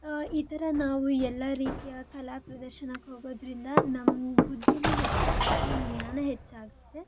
ಈ ಥರ ನಾವು ಎಲ್ಲ ರೀತಿಯ ಕಲಾ ಪ್ರದರ್ಶನಕ್ಕೆ ಹೋಗೋದರಿಂದ ನಮ್ಮ ಬುದ್ಧಿನೂ ಹೆಚ್ಚಾಗುತ್ತೆ ನಮ್ಮ ಜ್ಞಾನ ಹೆಚ್ಚಾಗುತ್ತೆ